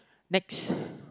next